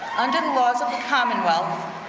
under the laws of the commonwealth,